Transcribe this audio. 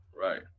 right